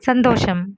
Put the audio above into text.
സന്തോഷം